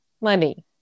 money